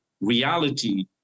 reality